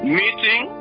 meeting